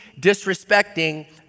disrespecting